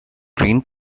green